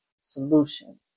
solutions